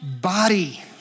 body